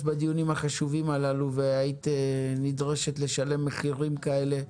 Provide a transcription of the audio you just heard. בדיונים החשובים הללו והיית נדרשת לשלם מחירים כאלה.